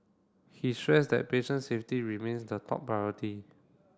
he stressed that patients safety remains the top priority